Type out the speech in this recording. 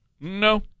No